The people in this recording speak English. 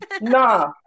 nah